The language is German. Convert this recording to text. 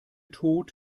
tod